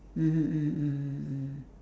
mmhmm mmhmm mmhmm mm